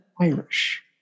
Irish